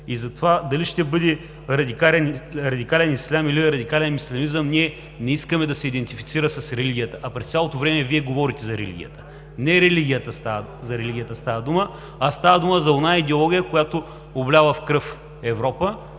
Затова дали ще бъде радикален ислям или радикален ислямизъм ние не искаме да се идентифицира с религията, а през цялото време Вие говорите за религия. Не за религията става дума, а става дума за онази идеология, която обля в кръв Европа,